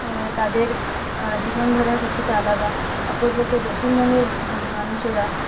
তাদের জীবনধারা কিছুটা আলাদা অপরপক্ষে দক্ষিণবঙ্গের মানুষেরা